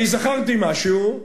אני זכרתי משהו,